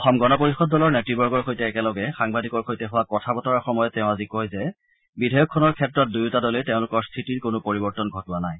অসম গণ পৰিষদ দলৰ নেতৃবৰ্গৰ সৈতে একেলগে সাংবাদিকৰ সৈতে হোৱা কথা বতৰাৰ সময়ত তেওঁ আজি কয় যে বিধেয়কখনৰ ক্ষেত্ৰত দুয়োটা দলেই তেওঁলোকৰ স্থিতিৰ কোনো পৰিৱৰ্তন ঘটোৱা নাই